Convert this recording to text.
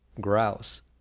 grouse